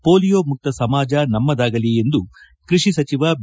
polio ಮುಕ್ತ ಸಮಾಜ ನಮ್ಮದಾಗಲಿ ಎಂದು ಕೃಷಿ ಸಚಿವ ಬಿ